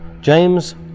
James